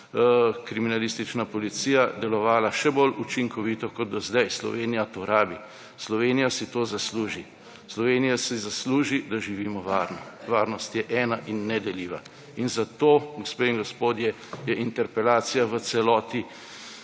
kriminalistična policija delovala še bolj učinkovito kot do zdaj. Slovenija to rabi. Slovenija si to zasluži. Slovenija si zasluži, da živimo varno. Varnost je ena in nedeljiva in zato, gospe in gospodje, je interpelacija v celoti